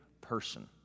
person